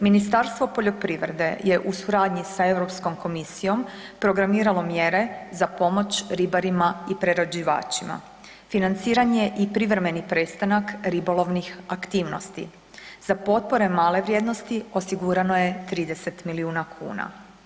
Ministarstvo poljoprivrede je u suradnji sa Europskom komisijom programiralo mjere za pomoć ribarima i prerađivačima, financiranje i privremeni prestanak ribolovnih aktivnosti, za potpore male vrijednosti osigurano je 30 milijuna kuna.